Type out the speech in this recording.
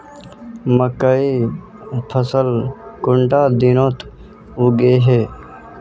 मकई फसल कुंडा दिनोत उगैहे?